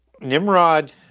Nimrod